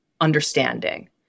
understanding